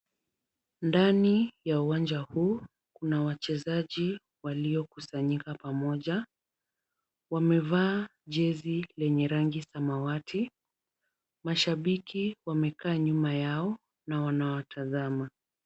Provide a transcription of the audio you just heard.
Ndani ya uwanja huu kuna wachezaji waliokusanyika pamoja. Wamevaa jezi yenye rangi ya samawati. Mashabiki wamekaa nyuma na wanawatazama.